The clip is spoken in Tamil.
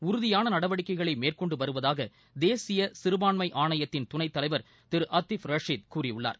உறதியான நடவடிக்கைகளை மேற்கொண்டு வருவதாக தேசிய சிறுபான்மை ஆணையத்தின் துணைத் தலைவர் திரு ஆத்தீப் ரஷீகு கூறியுள்ளார்